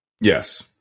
Yes